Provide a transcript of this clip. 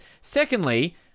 Secondly